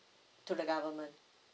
to the government